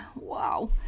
Wow